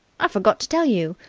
i forgot to tell you.